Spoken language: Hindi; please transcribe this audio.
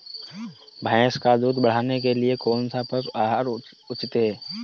भैंस का दूध बढ़ाने के लिए कौनसा पशु आहार उचित है?